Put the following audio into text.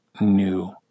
new